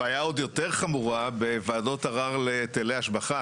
הבעיה עוד יותר חמורה בוועדות ערר להיטלי השבחה.